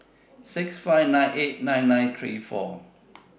six five nine eight nine nine three four